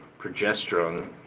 progesterone